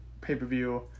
pay-per-view